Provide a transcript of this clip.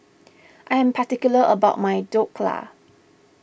I am particular about my Dhokla